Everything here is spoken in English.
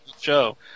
show